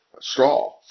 straw